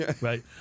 right